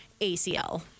ACL